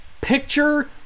picture